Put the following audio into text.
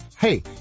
Hey